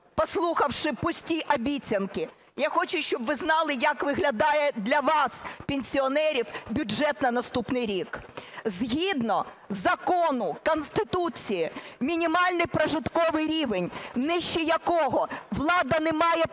послухавши пусті обіцянки, я хочу, щоб ви знали, як виглядає для вас, пенсіонерів, бюджет на наступний рік. Згідно закону, Конституції мінімальний прожитковий рівень, нижче якого влада не має права